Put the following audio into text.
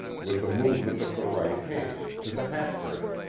with a movement of the right hand to the hat-brim.